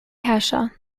herrscher